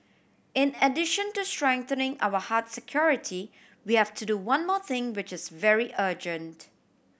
in addition to strengthening our hard security we have to do one more thing which is very urgent